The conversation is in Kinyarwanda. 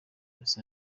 los